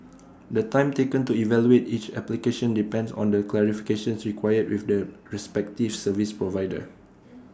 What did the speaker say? the time taken to evaluate each application depends on the clarifications required with the respective service provider